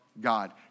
God